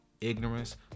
ignorance